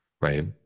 right